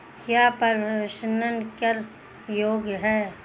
क्या प्रेषण कर योग्य हैं?